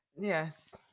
yes